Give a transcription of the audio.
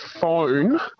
phone